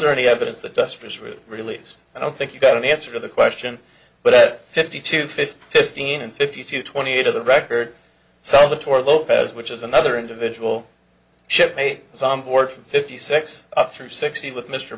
there any evidence that desperate released i don't think you got an answer the question but at fifty two fifty fifteen and fifty two twenty eight of the record salvatore lopez which is another individual ship i was on board from fifty six up through sixty with mr